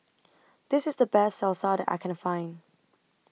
This IS The Best Salsa that I Can Find